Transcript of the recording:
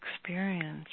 experience